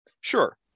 Sure